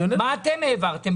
מה אתם העברתם?